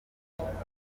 amagambo